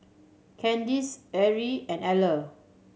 Candice Erie and Eller